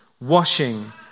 Washing